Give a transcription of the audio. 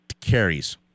carries